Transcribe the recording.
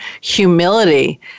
humility